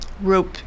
rope